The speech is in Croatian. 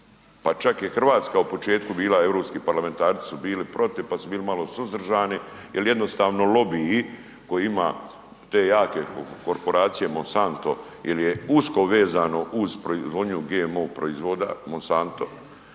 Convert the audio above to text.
pa čak je Hrvatska u početku bila, europski parlamentarci su bili protiv, pa su bili malo suzdržani jer jednostavno lobiji koji ima te jake korporacije Monsanto jer je usko vezano uz proizvodnju GMO proizvoda Monsanto